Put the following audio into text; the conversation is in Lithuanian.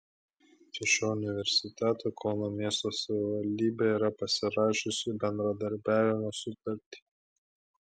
su šiuo universitetu kauno miesto savivaldybė yra pasirašiusi bendradarbiavimo sutartį